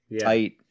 tight